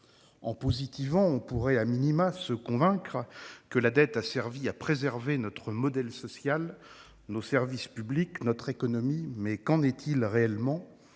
En positivant, nous pourrions nous convaincre que la dette a servi à préserver notre modèle social, nos services publics et notre économie. Mais qu'en est-il réellement ?